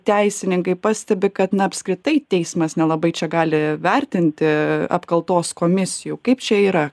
teisininkai pastebi kad na apskritai teismas nelabai čia gali vertinti apkaltos komisijų kaip čia yra